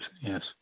Yes